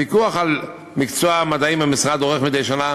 הפיקוח על מקצוע המדעים במשרד עורך מדי שנה